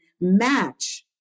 match